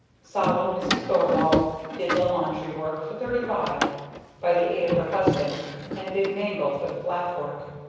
solemn mrs. thorvald did the laundry work for thirty-five by the aid of her husband and a big mangle for the flat work.